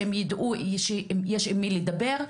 שהם ידעו שיש עם מי לדבר.